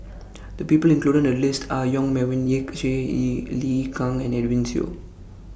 The People included in The list Are Yong Melvin Yik Chye Lee Kang and Edwin Siew